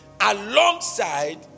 Alongside